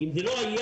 אם זה לא היה,